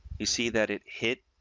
you see that it hit